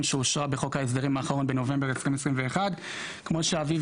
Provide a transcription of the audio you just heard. שאושרה בחוק ההסדרים האחרון בנובמבר 2021. כמו שאביב